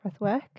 breathwork